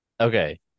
Okay